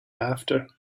after